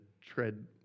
tread